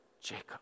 Jacob